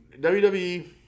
WWE